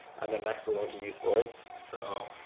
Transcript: and then next we're going to youth voice. so